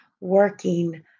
working